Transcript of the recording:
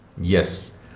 Yes